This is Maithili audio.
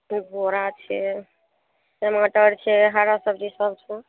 बोरा छै टमाटर छै हरा सबजीसभ छै